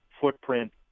footprint